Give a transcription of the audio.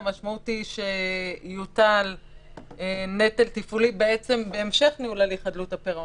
המשמעות היא שיוטל נטל תפעולי בהמשך ניהול הליך חדלות הפירעון.